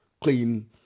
clean